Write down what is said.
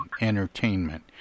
entertainment